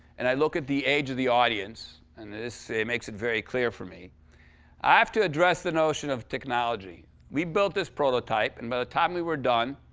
and i look at the age of the audience, and this it makes it very clear for me i have to address the notion of technology. we built this prototype, and by the time we were done,